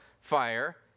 fire